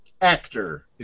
Actor